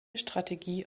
strategie